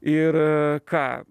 ir ką